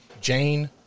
Jane